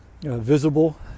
visible